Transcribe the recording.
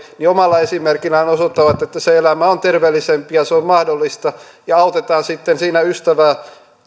omalla esimerkillään osoittavat että se elämä on terveellisempi ja se on mahdollista ja autetaan sitten siinä ystävää